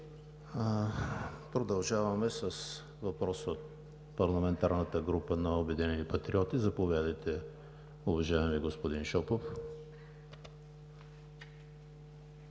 Продължаваме с въпрос от парламентарната група на „Обединени патриоти“. Заповядайте, уважаеми господин Шопов.